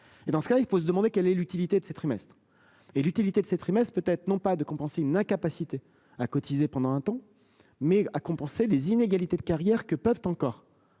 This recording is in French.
Et dans ce cas-là il faut se demander quelle est l'utilité de ces trimestres et l'utilité de ces trimestres peut être non pas de compenser une incapacité à cotiser pendant un temps mais à compenser les inégalités de carrière que peuvent encore.